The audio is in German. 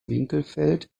winkelfeld